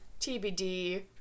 TBD